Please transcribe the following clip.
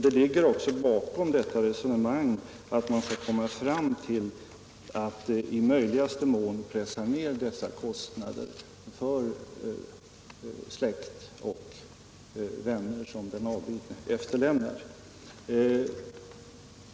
Det ligger också bakom detta resonemang att man skall komma fram till att i möjligaste mån pressa ner sådana här kostnader för släkt och vänner som den avlidne efterlämnar.